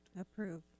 Approve